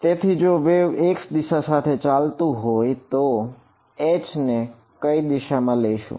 તેથી જો wave x દિશા સાથે ચાલતું હોય તો H ને કઈ દિશામાં લઈશું